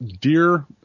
dear